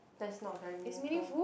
that's not very meaningful